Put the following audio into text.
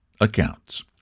accounts